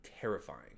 Terrifying